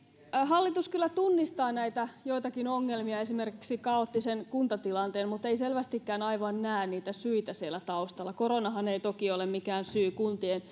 hallitus kyllä tunnistaa joitakin näitä ongelmia esimerkiksi kaoottisen kuntatilanteen mutta ei selvästikään aivan näe syitä siellä taustalla koronahan ei toki ole mikään syy kuntien